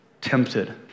tempted